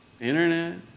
internet